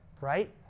right